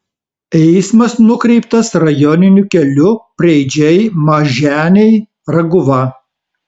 eismas nukreiptas rajoniniu keliu preidžiai maženiai raguva